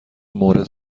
مورد